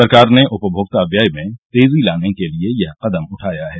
सरकार ने उपमोक्ता व्यय में तेजी लाने के लिए यह कदम उठाया है